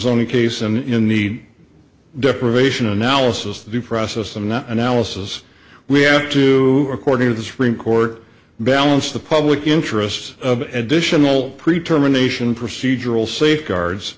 own case and in the deprivation analysis the process of not analysis we have to according to the supreme court balance the public interest of additional pre term a nation procedural safeguards